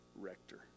rector